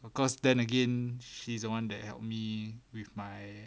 because then again she's the one that help me with my